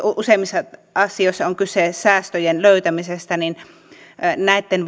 useimmissa asioissa on kyse säästöjen löytämisestä näitten